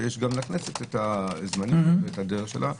שיש גם לכנסת הדרך שלה,